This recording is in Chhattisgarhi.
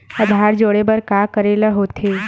आधार जोड़े बर का करे ला होथे?